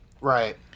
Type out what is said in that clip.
Right